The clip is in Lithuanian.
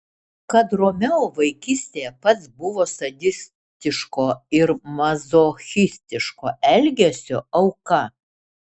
kad romeo vaikystėje pats buvo sadistiško ir mazochistiško elgesio auka